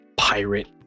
Pirate